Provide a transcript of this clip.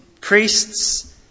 priests